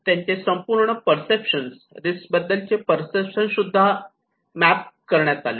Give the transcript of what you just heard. त्यांचे संपूर्ण perception risk बद्दलचे पर्सेप्शन सुद्धा माफ करण्यात आले